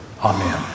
Amen